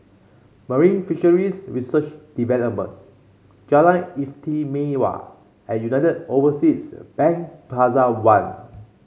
Marine Fisheries Research Department Jalan Istimewa and United Overseas Bank Plaza One